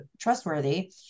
trustworthy